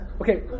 Okay